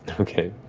okay,